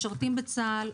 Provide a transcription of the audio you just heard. משרתים בצה"ל,